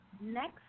next